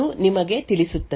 08 volt ಗಳಲ್ಲಿ ನೀಡಿದಾಗ